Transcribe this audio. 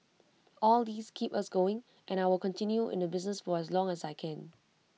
all these keep us going and I will continue in the business for as long as I can